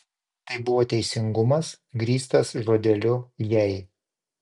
tai buvo teisingumas grįstas žodeliu jei